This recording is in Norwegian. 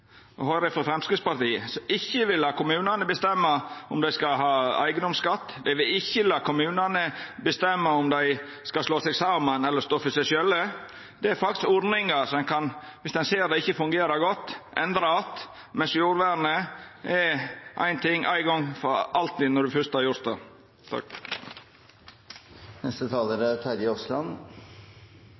å høyra på Framstegspartiet, som ikkje vil lata kommunane bestemma om dei skal ha eigedomsskatt, dei vil ikkje lata kommunane bestemma om dei skal slå seg saman eller stå for seg sjølve. Det er faktisk ordningar som ein, viss ein ser at det ikkje fungerer godt, kan endra att – medan jordvernet er noko anna – ein gong for alltid, når ein først har oppheva det.